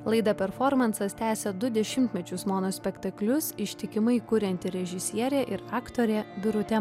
laida performansas tęsia du dešimtmečius monospektaklius ištikimai kurianti režisierė ir aktorė birutė